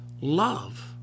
love